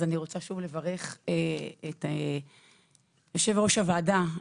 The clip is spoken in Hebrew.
אני רוצה שוב לברך את יושב-ראש הוועדה,